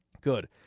Good